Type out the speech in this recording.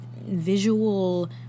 visual